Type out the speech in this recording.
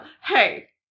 Hey